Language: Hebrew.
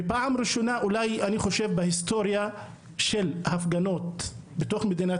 ואני חושב שפעם ראשונה אולי בהיסטוריה של הפגנות במדינת